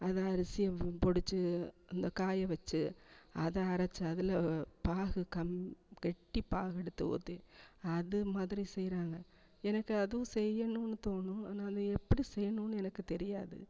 அதை அரிசியை பு புடைச்சி அந்த காய வெச்சு அதை அரைத்து அதில் பாகு கம்மி கெட்டி பாகு எடுத்து ஊற்றி அதுமாதிரி செய்கிறாங்க எனக்கு அதுவும் செய்யணும்னு தோணும் ஆனால் அதை எப்படி செய்யணும்னு எனக்கு தெரியாது